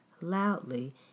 loudly